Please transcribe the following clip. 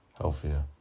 healthier